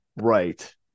Right